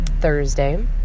Thursday